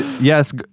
yes